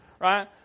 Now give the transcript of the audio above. right